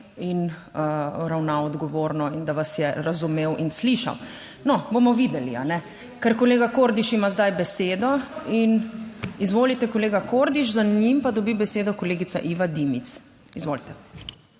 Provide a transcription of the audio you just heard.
in ravnal odgovorno in da vas je razumel in slišal. No, bomo videli, a ne, ker kolega Kordiš ima zdaj besedo. In izvolite, kolega Kordiš, za njim pa dobi besedo kolegica Iva Dimic. Izvolite.